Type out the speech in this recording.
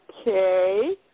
Okay